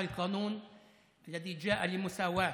(אומר דברים בשפה הערבית, להלן תרגומם: